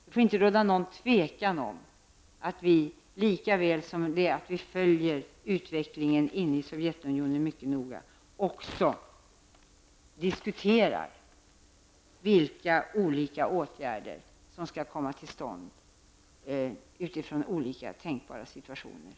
Det får inte råda någon tvekan här, för ''likaväl som vi följer utvecklingen inne i Sovjetunionen mycket noga diskuterar vi också vilka olika åtgärder som skall vidtas i olika tänkbara situationer.